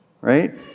right